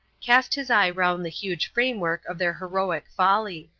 cast his eye round the huge framework of their heroic folly.